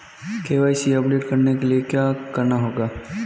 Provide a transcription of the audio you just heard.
KYC update करने के लिए क्या करना होगा?